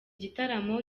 gitaramo